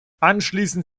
anschließend